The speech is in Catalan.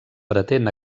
pretén